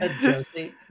Josie